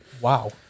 Wow